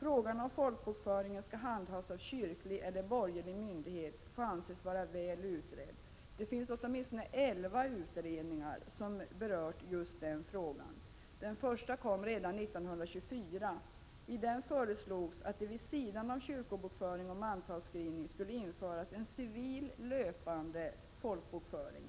Frågan om folkbokföringen skall handhas av kyrklig eller borgerlig myndighet får anses vara väl utredd. Det finns åtminstone elva utredningar som berört just den frågan. Den första kom redan 1924. I den föreslogs att det vid sidan av kyrkobokföring och mantalsskrivning skulle införas en civil löpande folkbokföring.